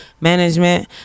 management